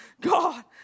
God